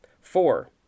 four